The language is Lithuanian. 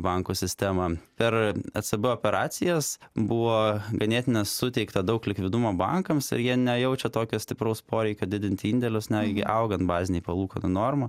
banko sistema per ecb operacijas buvo ganėtina suteikta daug likvidumo bankams ir jie nejaučia tokio stipraus poreikio didint indėlius neigi augant bazinei palūkanų norma